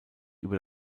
über